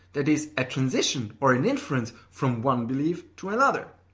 that is, a transition or an inference from one belief to another.